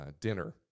dinner